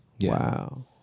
Wow